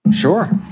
Sure